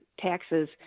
taxes